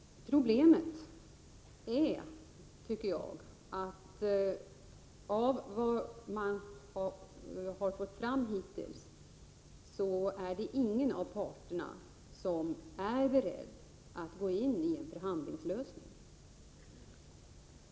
Problemet — enligt vad vi har fått fram hittills — är att ingen av parterna är beredd att gå in i en förhandlingslösning.